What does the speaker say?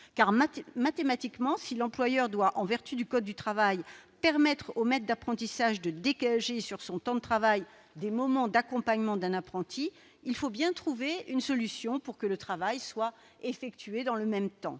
Car, mathématiquement, si l'employeur doit, en vertu du code du travail, permettre au maître d'apprentissage de dégager sur son temps de travail des moments d'accompagnement d'un apprenti, il faut bien trouver une solution pour que le travail soit effectué. Et bien